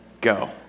Go